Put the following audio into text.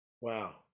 Wow